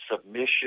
submission